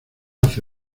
hace